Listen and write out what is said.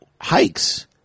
hikes